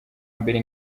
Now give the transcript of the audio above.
mbere